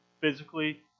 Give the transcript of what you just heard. physically